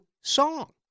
song